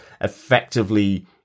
effectively